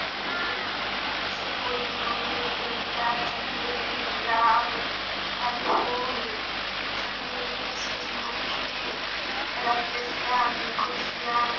गे जइसे फूलमे हो गेलै गेन्दा चमेली गुलाब अड़हुल चमेली सूर्यमुखी रेफ्लेशिआ गुलशिआ